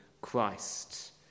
Christ